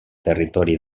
territori